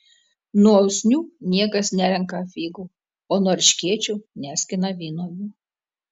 nuo usnių niekas nerenka figų o nuo erškėčių neskina vynuogių